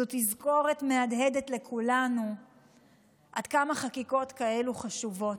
זו תזכורת מהדהדת לכולנו עד כמה חקיקות כאלה חשובות,